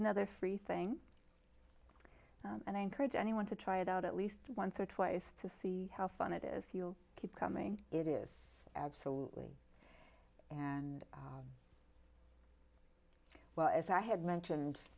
another three thing and i encourage anyone to try it out at least once or twice to see how fun it is you'll keep coming it is absolutely and well as i had mentioned